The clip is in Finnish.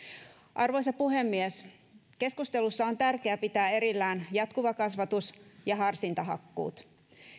arvoisa puhemies keskustelussa on tärkeää pitää erillään jatkuva kasvatus ja harsintahakkuut